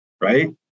right